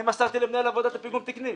אני מסרתי למנהל העבודה את הפיגום תקני.